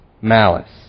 malice